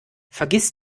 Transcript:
vergiss